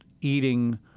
eating